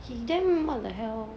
he then what the hell